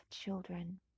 children